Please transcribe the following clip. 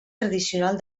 tradicional